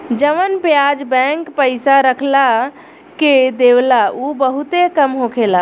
जवन ब्याज बैंक पइसा रखला के देवेला उ बहुते कम होखेला